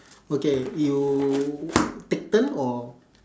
okay you take turn or